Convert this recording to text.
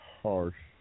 harsh